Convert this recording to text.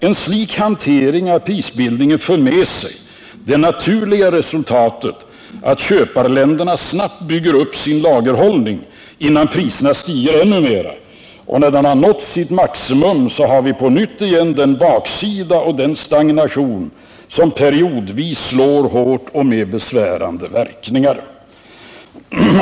En slik hantering av prisbildningen för med sig det naturliga resultatet att köparländerna snabbt bygger upp sin lagerhållning innan priserna stiger ännu mera, och när man har nått sitt maximum har vi på nytt den baksida och den stagnation som periodvis slår hårt och med besvärande verkningar.